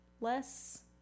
Less